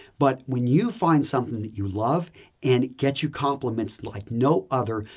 but when you find something that you love and gets you compliments like no other,